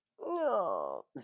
No